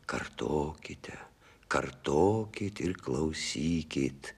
kartokite kartokit ir klausykit